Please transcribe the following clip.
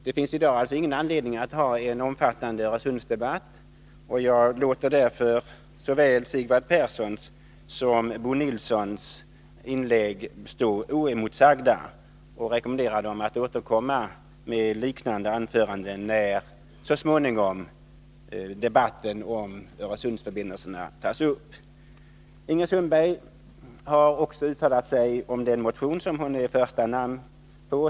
Det finns alltså i dag ingen anledning att ha en omfattande Öresundsdebatt. Jag låter därför såväl Sigvard Perssons som Bo Nilssons inlägg stå oemotsagda och rekommenderar dem att återkomma med liknande anföranden när debatten om Öresundsförbindelserna så småningom tas upp. Ingrid Sundberg har talat för den motion där hon står som första namn.